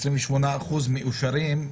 יש 28% שמאושרים,